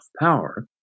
power